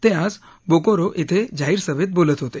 ते आज बोकोरो इथं जाहीर सभेत बोलत होते